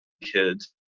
kids